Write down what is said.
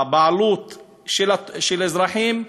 הבעלות של האזרחים,